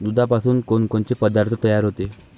दुधापासून कोनकोनचे पदार्थ तयार होते?